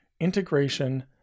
integration